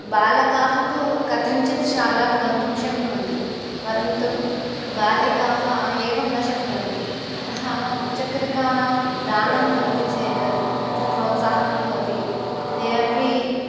बालकाः तु कथञ्चित् शालां गन्तुं शक्नुवन्ति परन्तु बालिकाः एवं न शक्नुवन्ति अतः द्विचक्रिकानां दानं भवति चेत् तत्र प्रोत्साहनं भवति ते अपि